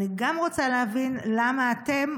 אני גם רוצה להבין למה אתם,